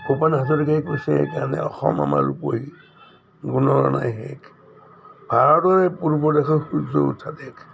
ভূপেন হাজৰিকাই কৈছে সেইকাৰণে অসম আমাৰ ৰূপহী গুণৰো নাই শেষ ভাৰতৰে পূৰ্ব দেশৰ সূৰ্য উঠা দেশ